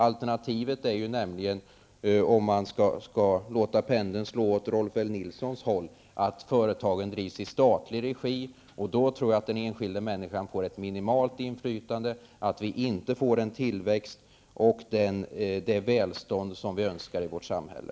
Alternativet är nämligen, om man nu skall låta pendeln slå åt Rolf L Nilsons håll, att företagen drivs i statlig regi. Då lär den enskilda människan få ett minimalt inflytande. Det blir inte den tillväxt och det välstånd som vi önskar i vårt samhälle.